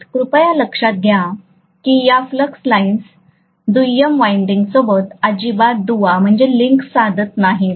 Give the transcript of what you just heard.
कृपया लक्षात घ्या की या फ्लक्स लाईन्स दुय्यम वायंडिंग सोबत अजिबात दुवा साधत नाहीत